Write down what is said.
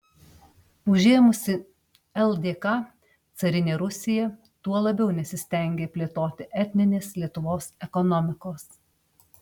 užėmusi ldk carinė rusija tuo labiau nesistengė plėtoti etninės lietuvos ekonomikos